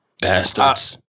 Bastards